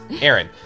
Aaron